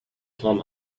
plum